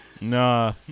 Nah